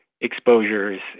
exposures